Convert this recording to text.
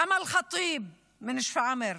אמל ח'טיב משפרעם,